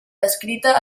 descrita